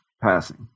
passing